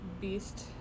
beast